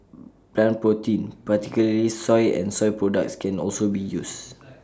plant protein particularly soy and soy products can also be used